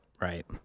Right